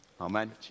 Amen